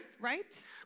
Right